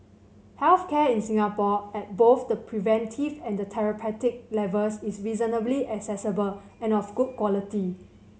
health care in Singapore at both the preventive and therapeutic levels is reasonably accessible and of good quality